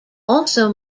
also